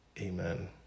Amen